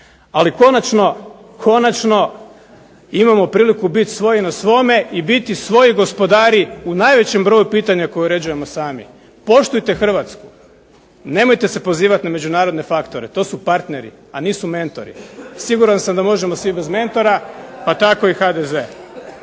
Ali konačno imamo priliku biti svoji na svome i biti svoji gospodari u najvećem broju pitanja koje uređujemo sami. Poštujte Hrvatsku, nemojte se pozivati na međunarodne faktore, to su partneri, a nisu mentori. Siguran sam da možemo svi bez mentora pa tako i HDZ,